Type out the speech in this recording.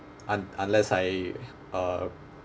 un~ unless I uh